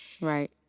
Right